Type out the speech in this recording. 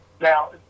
Now